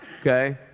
okay